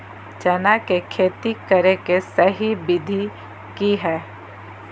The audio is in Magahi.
चना के खेती करे के सही विधि की हय?